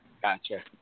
Gotcha